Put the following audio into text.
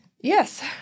Yes